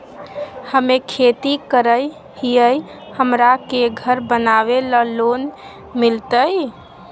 हमे खेती करई हियई, हमरा के घर बनावे ल लोन मिलतई?